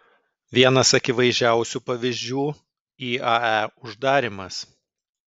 vienas akivaizdžiausių pavyzdžių iae uždarymas